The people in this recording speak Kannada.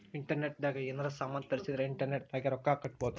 ಇಂಟರ್ನೆಟ್ ದಾಗ ಯೆನಾರ ಸಾಮನ್ ತರ್ಸಿದರ ಇಂಟರ್ನೆಟ್ ದಾಗೆ ರೊಕ್ಕ ಕಟ್ಬೋದು